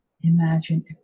imagine